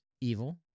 Evil